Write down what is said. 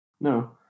No